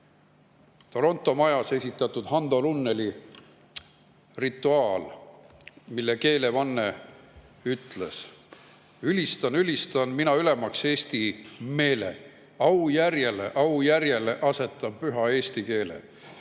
Toronto majas Hando Runneli rituaal, mille keelevanne ütles: "Ülistan, ülistan mina ülemaks eesti meele / Aujärjele, aujärjele mina asetan püha eesti keele